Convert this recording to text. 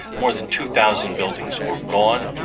more than two thousand buildings were gone.